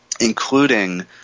including